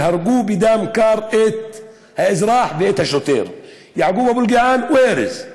שהרגו בדם קר את האזרח ואת השוטר יעקוב אבו-אלקיעאן וארז.